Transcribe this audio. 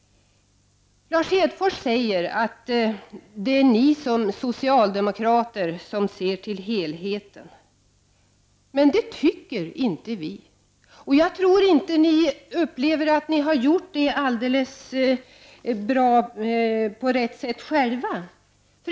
Lars Hedfors säger att socialdemokraterna är de som ser till helheten. Men det tycker inte vi. Jag tror inte att ni själva heller upplever att ni gjort det på rätt sätt.